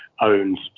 owns